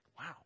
wow